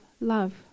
love